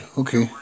okay